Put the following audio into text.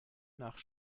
nach